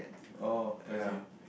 oh okay